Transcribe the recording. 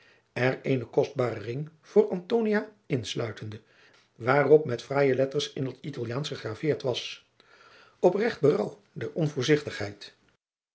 er eenen kostbaren ring voor antonia insluitende waarop met fraaije letters in het italiaansch gegraveerd was opregt berouw der